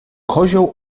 kozioł